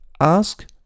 ask